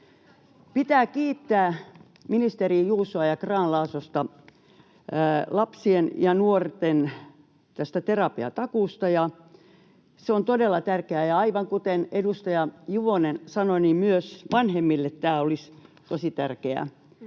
Pitää kiittää ministeri Juusoa ja Grahn-Laasosta lapsien ja nuorten terapiatakuusta, ja se on todella tärkeä. Ja aivan kuten edustaja Juvonen sanoi, myös vanhemmille tämä olisi tosi tärkeä toteutua.